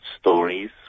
Stories*